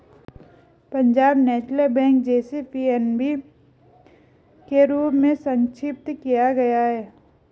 Punjab National Bank, जिसे PNB के रूप में संक्षिप्त किया गया है